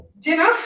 dinner